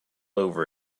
over